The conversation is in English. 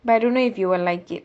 but I don't know if you will like it